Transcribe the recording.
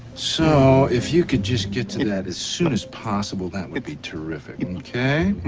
so if you could just get to that as soon as possible that would be terrific, ok?